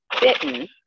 bitten